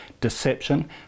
deception